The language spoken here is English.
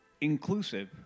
inclusive